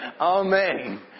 Amen